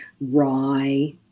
rye